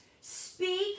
speak